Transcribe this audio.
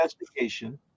investigation